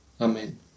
Amen